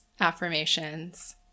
Affirmations